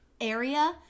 area